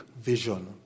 vision